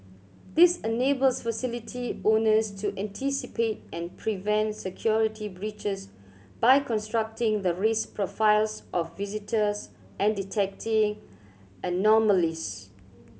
this enables facility owners to anticipate and prevent security breaches by constructing the risk profiles of visitors and detecting anomalies